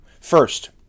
First